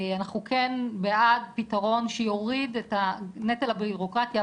אנחנו כן בעד פתרון שיוריד את הנטל הבירוקרטי,